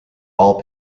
all